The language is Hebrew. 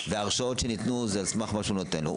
וההרשאות שניתנו הן על סמך מה שניתן לו.